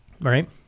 right